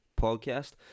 podcast